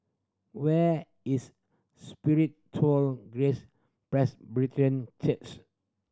where is Spiritual Grace Church